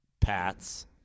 Pats